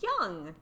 young